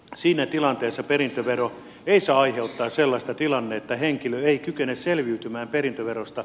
siinä tilanteessa perintövero ei saa aiheuttaa sellaista tilannetta että henkilö ei kykene selviytymään perintöverosta